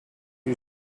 you